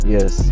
Yes